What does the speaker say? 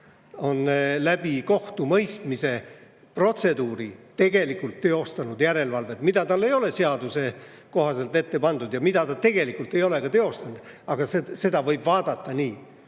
on kohtumõistmise protseduuri kaudu [justkui] teostanud järelevalvet, mida talle ei ole seaduse kohaselt ette pandud ja mida ta tegelikult ei ole teostanud. Seda võib vaadata nii,